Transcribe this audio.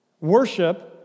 Worship